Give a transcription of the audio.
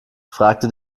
fragte